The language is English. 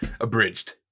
abridged